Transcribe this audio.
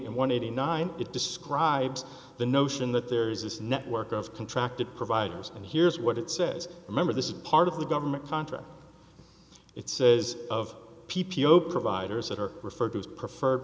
and one eighty nine it describes the notion that there is this network of contract providers and here's what it says remember this is part of the government contract it says of p p o providers that are referred to as preferred